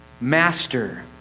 master